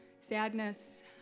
sadness